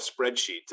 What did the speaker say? spreadsheet